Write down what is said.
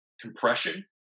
compression